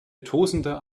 tosender